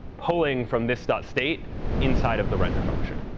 pulling from this state state inside of the render function.